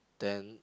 then